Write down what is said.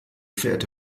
verehrte